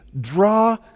draw